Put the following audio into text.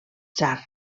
tsar